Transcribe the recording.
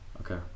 okay